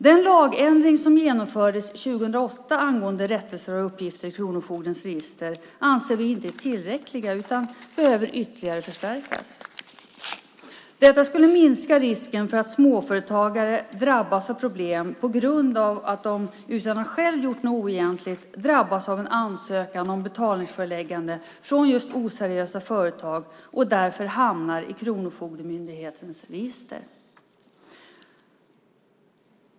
Den lagändring som genomfördes 2008 angående rättelse av uppgifter i kronofogdens register anser vi inte är tillräcklig utan behöver ytterligare förstärkas. Det skulle minska risken för att småföretagare drabbas av problem på grund av att de, utan att själva ha gjort något oegentligt, drabbas av en ansökan om betalningsföreläggande från just oseriösa företag och därför hamnar i Kronofogdemyndighetens register.